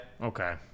Okay